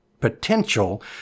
potential